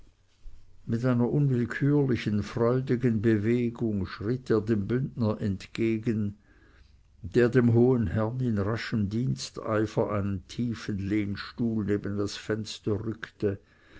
mit einer unwillkürlichen freudigen bewegung schritt er dem bündner entgegen der dem hohen herrn in raschem diensteifer einen tiefen lehnstuhl neben das fenster rückte